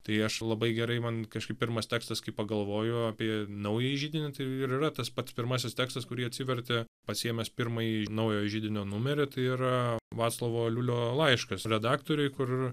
tai aš labai gerai man kažkaip pirmas tekstas kai pagalvoju apie naująjį židinį tai ir yra tas pats pirmasis tekstas kurį atsivertė pasiėmęs pirmąjį naujojo židinio numerį tai yra vaclovo aliulio laiškas redaktoriui kur